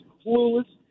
clueless